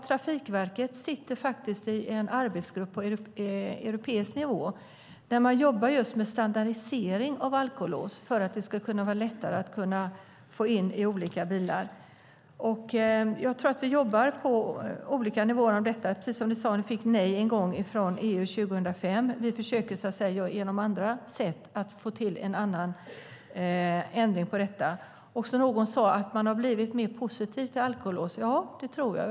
Trafikverket sitter faktiskt i en arbetsgrupp på europeisk nivå där man jobbar just med standardisering av alkolås för att det ska vara lättare att få in i olika bilar. Vi jobbar på olika nivåer med detta. Precis som du sade fick vi nej 2005 från EU. Vi försöker nu på andra sätt få till en ändring. Någon sade att man har blivit mer positiv till alkolås. Ja, det tror jag.